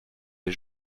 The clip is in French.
les